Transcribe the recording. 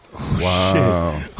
Wow